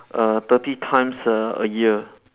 err thirty times a a year